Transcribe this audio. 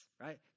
right